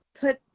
put